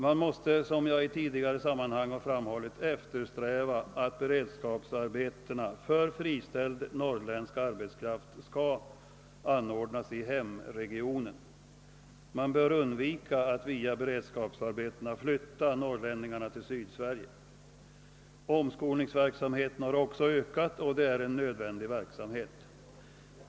Man måste, som jag i tidigare sammanhang framhållit, eftersträva att beredskapsarbetena för friställd norrländsk arbetskraft skall anordnas i hemregionen. Man bör undvika att via beredskapsarbetena flytta norrlänningarna till Sydsverige. Omskolningsverksamheten har också ökat, och det är en nödvändig verksamhet.